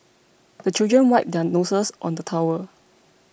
the children wipe their noses on the towel